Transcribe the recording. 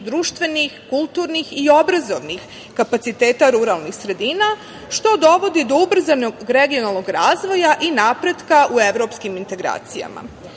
društvenih, kulturnih i obrazovnih kapaciteta ruralnih sredina, što dovodi do ubrzanog regionalnog razvoja i napretka u evropskim integracijama.